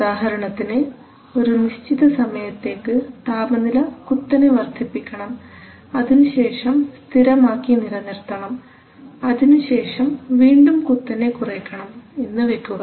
ഉദാഹരണത്തിന് ഒരു നിശ്ചിത സമയത്തേക്ക് താപനില കുത്തനെ വർധിപ്പിക്കണം അതിനുശേഷം സ്ഥിരമാക്കി നിലനിർത്തണം അതിനുശേഷം വീണ്ടും കുത്തനെ കുറയ്ക്കണം എന്ന് വെക്കുക